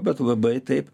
bet labai taip